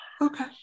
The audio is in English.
Okay